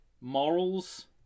morals